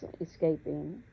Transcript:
escaping